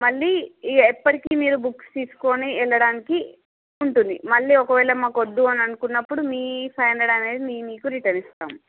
మళ్ళీ ఎప్పటికి మీరు బుక్ తీసుకొని వెళ్ళడానికి ఉంటుంది మళ్ళీ ఒకవేళ మాకు వద్దు అనుకున్నప్పుడు మీ ఫైవ్ హండ్రెడ్ అనేది మేము మీకు రిటర్న్ ఇస్తాం